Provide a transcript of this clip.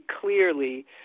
clearly